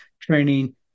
training